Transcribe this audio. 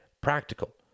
Practical